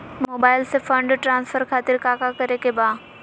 Mobile से fund transfer खातिर काका करे के बा?